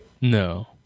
No